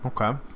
Okay